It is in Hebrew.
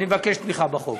אני מבקש תמיכה בחוק.